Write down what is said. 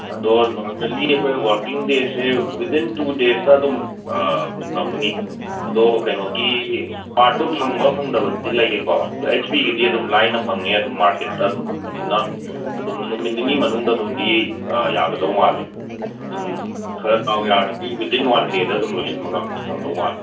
normally ꯑꯩꯈꯣꯏ working days within two ꯗꯦꯁꯇ ꯑꯗꯨꯝ ꯉꯝꯅꯤ ꯑꯗꯣ ꯀꯩꯅꯣꯒꯤ ꯄꯥꯔꯠꯇꯣ ꯐꯪꯕ ꯐꯪꯗꯕꯗꯗꯤ ꯂꯩꯔꯦꯀꯣ ꯑꯗꯣ ꯑꯩꯆ ꯄꯤꯒꯤꯗꯤ ꯑꯗꯨꯝ ꯂꯥꯏꯅ ꯐꯪꯅꯤ ꯑꯗꯨꯝ ꯃꯥꯔꯀꯦꯠꯇ ꯑꯗꯨꯝ ꯐꯪꯕꯅꯤꯅ ꯑꯗꯨꯝ ꯅꯨꯃꯤꯠ ꯅꯤꯅꯤ ꯃꯅꯨꯡꯗ ꯑꯗꯨꯝꯗꯤ ꯌꯥꯒꯗꯧ ꯃꯥꯜꯂꯦ ꯑꯗꯨꯝ ꯈꯔ ꯗꯥꯎ ꯌꯥꯔꯗꯤ ꯋꯤꯗꯤꯟ ꯋꯥꯟ ꯗꯦꯗ ꯑꯗꯨꯝ ꯂꯣꯏꯁꯤꯟꯕ ꯉꯝꯃꯤ ꯉꯝꯗꯧ ꯃꯥꯜꯂꯦ